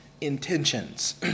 intentions